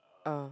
ah